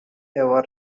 ever